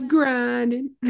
Grinding